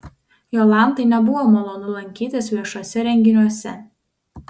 jolantai nebuvo malonu lankytis viešuose renginiuose